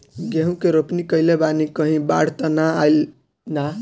गेहूं के रोपनी कईले बानी कहीं बाढ़ त ना आई ना?